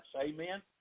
Amen